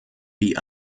wie